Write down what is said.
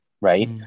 Right